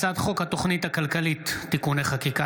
הצעת חוק התוכנית הכלכלית (תיקוני חקיקה